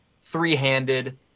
three-handed